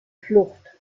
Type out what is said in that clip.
flucht